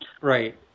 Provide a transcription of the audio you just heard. Right